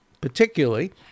particularly